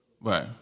Right